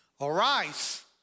Arise